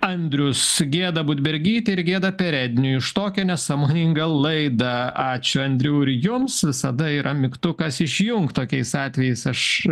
andrius gėda budbergytei ir gėda peredniui už tokią nesąmoningą laida ačiū andriau ir jums visada yra mygtukas išjungt tokiais atvejais aš